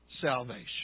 salvation